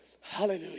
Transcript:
Hallelujah